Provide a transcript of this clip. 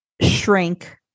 shrink